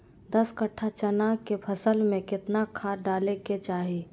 दस कट्ठा चना के फसल में कितना खाद डालें के चाहि?